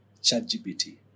ChatGPT